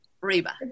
reba